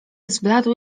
zbladł